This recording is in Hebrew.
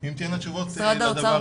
אם תהיינה תשובות לדבר הזה.